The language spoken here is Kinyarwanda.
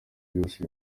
byose